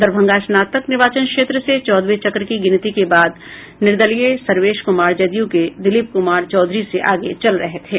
दरभंगा स्नातक निर्दाचन क्षेत्र से चौदहवे चक्र की गिनती के बाद निर्दलीय सर्वेश कुमार जदयू के दिलीप कुमार चौधरी से आगे चल रहे थे